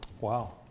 wow